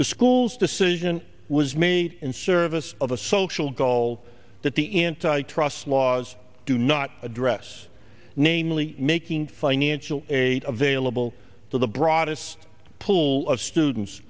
the school's decision was made in service of a social goal that the antitrust laws do not address namely making financial aid available to the broadest pool of students